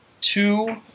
two